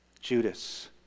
Judas